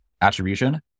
attribution